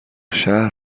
شهر